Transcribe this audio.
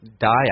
die